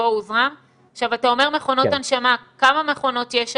אתה אומר מכונות הנשמה, כמה מכונות יש היום?